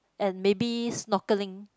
and maybe snorkeling